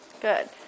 good